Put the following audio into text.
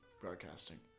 Broadcasting